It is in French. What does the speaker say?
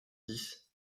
dix